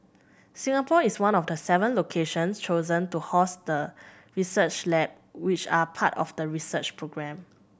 Singapore is one of seven locations chosen to host the research lab which are part of the research programme